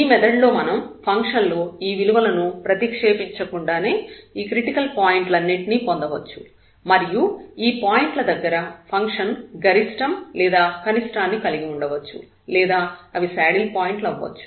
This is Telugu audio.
ఈ మెథడ్ లో మనం ఫంక్షన్ లో ఈ విలువలను ప్రతిక్షేపించకుండానే ఈ క్రిటికల్ పాయింట్ లన్నింటినీ పొందవచ్చు మరియు ఈ పాయింట్ల దగ్గర ఫంక్షన్ గరిష్టం లేదా కనిష్ఠాన్ని కలిగివుండవచ్చు లేదా అవి శాడిల్ పాయింట్లు అవ్వచ్చు